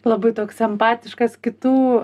labai toks empatiškas kitų